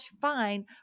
fine